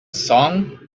song